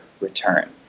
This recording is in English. return